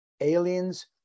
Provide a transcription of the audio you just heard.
aliens